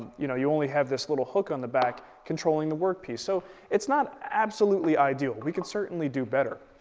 you know, you only have this little hook on the back controlling the work piece. so it's not absolutely ideal. we could certainly do better.